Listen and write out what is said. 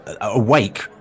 awake